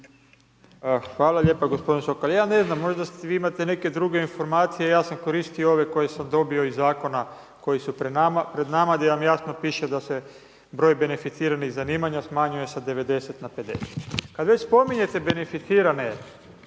Hvala lijepo gospodin Sokol, ali ja ne znam, možda vi imate neke druge informacije, ja sam koristio ove koje sam dobio iz zakona koji su pred nama gdje vam jasno piše da se broj beneficiranih zanimanja smanjuje sa 90 na 50. Kad već spominjete beneficirane